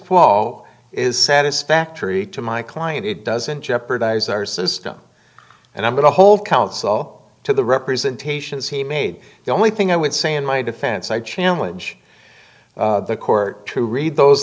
quo is satisfactory to my client it doesn't jeopardize our system and i'm going to hold counsel to the representations he made the only thing i would say in my defense i challenge the court to read those